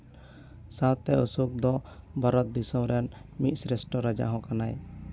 ᱥᱟᱶᱛᱮ ᱚᱥᱳᱠ ᱫᱚ ᱵᱷᱟᱨᱚᱛ ᱫᱤᱥᱚᱢ ᱨᱮᱱ ᱢᱤᱫ ᱥᱨᱮᱥᱴᱚ ᱨᱟᱡᱟ ᱦᱚᱸ ᱠᱟᱱᱟᱭ